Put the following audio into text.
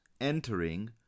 entering